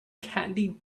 candied